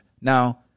Now